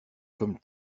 comme